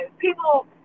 People